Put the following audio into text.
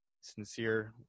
sincere